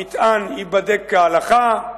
המטען ייבדק כהלכה,